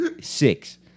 six